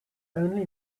only